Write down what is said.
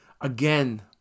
Again